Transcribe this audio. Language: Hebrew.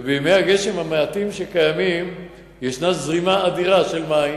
ובימי הגשם המעטים שקיימים יש זרימה אדירה של מים,